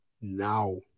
now